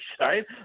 right